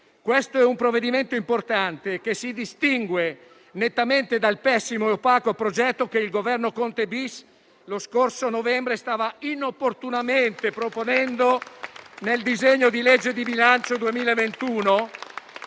esame è un provvedimento importante, che si distingue nettamente dal pessimo e opaco progetto che il Governo Conte-*bis* lo scorso novembre stava inopportunamente proponendo nel disegno di legge di bilancio 2021